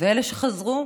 ואלה שחזרו